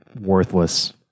Worthless